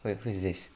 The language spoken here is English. look who is this